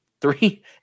three